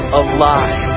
alive